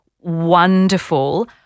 wonderful